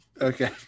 Okay